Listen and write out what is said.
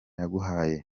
yaguhaye